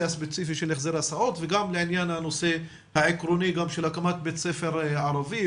הספציפי של החזר הסעות וגם לעניין הנושא העקרוני גם של הקמת בית ספר ערבי,